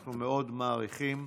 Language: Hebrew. אנחנו מאוד מעריכים.